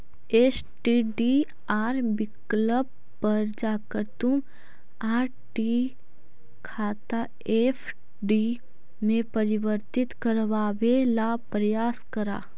STDR विकल्प पर जाकर तुम आर.डी खाता एफ.डी में परिवर्तित करवावे ला प्रायस करा